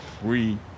free